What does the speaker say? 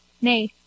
nay